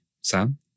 Sam